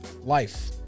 life